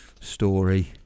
story